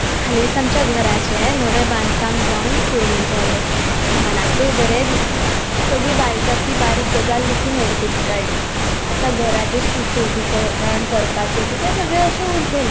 हालींच आमच्या घराचें नवें बांदकाम जावन पूर्ण जालें मनाकूय बरें दिसलें सगळी बारिकातली बारीक गजाल लेकीन उरगूत काडली आतां घराचें सुशोबीकरण करपाचें बी तें सगळें अशें उरिल्लें